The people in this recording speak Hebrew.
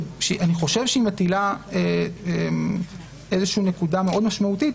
שאני חושב שהיא מטילה איזושהי נקודה מאוד משמעותית,